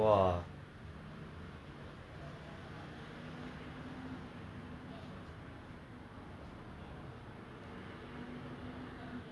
then I used to play with him then after like say three years another guy was born so now they have two boys in the house and then